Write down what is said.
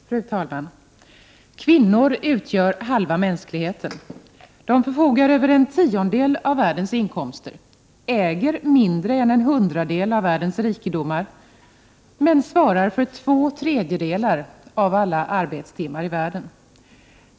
Fru talman! Kvinnor utgör halva mänskligheten. De förfogar över en tiondel av världens inkomster, äger mindre än en hundradel av världens rikedomar men svarar för två tredjedelar av alla arbetstimmar i världen.